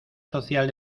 social